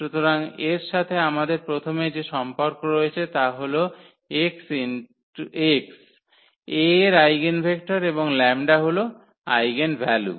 সুতরাং এর সাথে আমাদের প্রথমে যে সম্পর্ক রয়েছে তা হল x A এর আইগেনভেক্টর এবং 𝜆 হল আইগেনভ্যালু